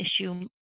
issue